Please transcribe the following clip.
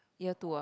year two ah